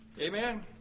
Amen